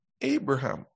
Abraham